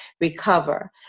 recover